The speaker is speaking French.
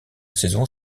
saison